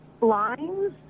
lines